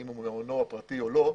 האם הוא מעונו הפרטי או לא.